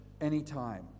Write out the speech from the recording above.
anytime